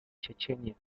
chechenia